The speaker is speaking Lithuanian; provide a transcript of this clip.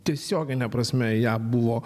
tiesiogine prasme į ją buvo